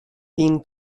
bíonn